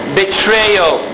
betrayal